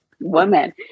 woman